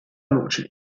luci